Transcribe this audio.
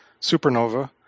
Supernova